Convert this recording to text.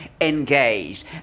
engaged